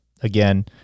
again